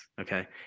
okay